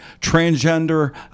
transgender